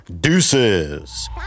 deuces